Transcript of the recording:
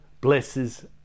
blesses